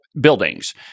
buildings